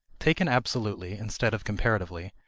taken absolutely, instead of comparatively,